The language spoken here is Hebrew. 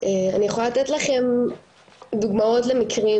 אני אוכל לתת לכם דוגמאות למקרים